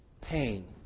Pain